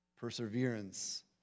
Perseverance